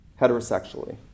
heterosexually